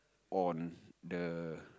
on the